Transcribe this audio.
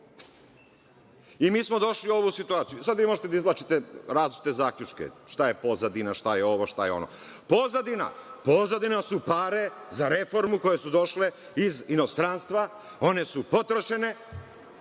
Mi smo došli u ovu situaciju i sada možete da izvlačite različite zaključke šta je pozadina, šta je ovo, šta je ono. Pozadina su pare za reformu koje su došle iz inostranstva. One su potrošene.